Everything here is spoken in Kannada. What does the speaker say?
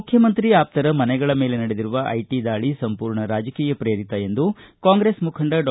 ಮುಖ್ಯಮಂತ್ರಿ ಆಪ್ತರ ಮನೆಗಳ ಮೇಲೆ ನಡೆದಿರುವ ಐಟಿ ದಾಳಿ ಸಂಪೂರ್ಣ ರಾಜಕೀಯ ಪ್ರೇರಿತ ಎಂದು ಕಾಂಗ್ರೆಸ್ ಮುಖಂಡ ಡಾ